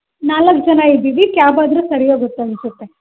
ನಾಲ್ಕು ಜನ ಇದ್ದೀವಿ ಕ್ಯಾಬ್ ಆದರೆ ಸರಿ ಹೋಗುತ್ತನ್ನಿಸುತ್ತೆ